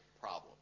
problem